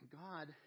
God